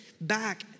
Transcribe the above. back